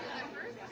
members